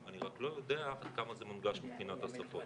אני רק לא יודע עד כמה זה מונגש מבחינת שפות.